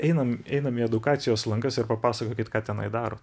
einam einam į edukacijos lankas ir papasakokit ką tenai darot